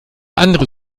andere